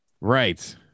Right